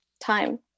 time